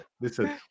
listen